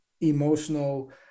emotional